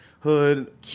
Hood